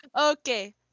Okay